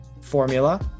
formula